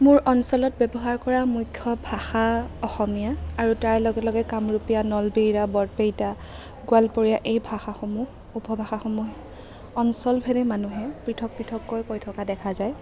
মোৰ অঞ্চলত ব্যৱহাৰ কৰা মুখ্য ভাষা অসমীয়া আৰু তাৰ লগে লগে কামৰূপীয়া নলবেইৰা বৰপেইটা গোৱালপৰীয়া এই ভাষাসমূহ উপভাষাসমূহ অঞ্চল ভেদে মানুহে পৃথক পৃথকৈ কৈ থকা দেখা যায়